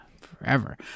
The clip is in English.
forever